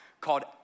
called